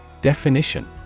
Definition